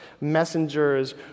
messengers